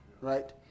Right